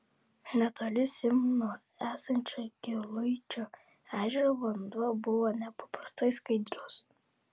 netoli simno esančio giluičio ežero vanduo buvo nepaprastai skaidrus